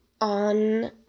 on